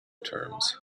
terms